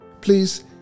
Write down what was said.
please